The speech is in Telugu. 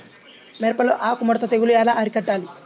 మిరపలో ఆకు ముడత తెగులు ఎలా అరికట్టాలి?